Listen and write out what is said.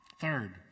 third